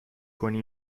کنی